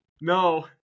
No